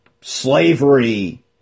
slavery